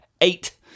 eight